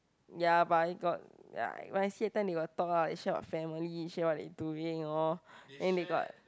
ya but then got ya my i_c the time will talk lah they share of families share what they doing orh then they got